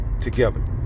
together